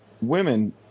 women